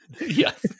Yes